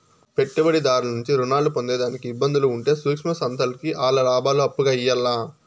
పెట్టుబడిదారుల నుంచి రుణాలు పొందేదానికి ఇబ్బందులు ఉంటే సూక్ష్మ సంస్థల్కి ఆల్ల లాబాలు అప్పుగా ఇయ్యాల్ల